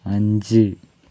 അഞ്ച്